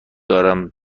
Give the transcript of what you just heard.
دارم